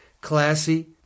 classy